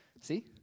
See